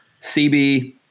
CB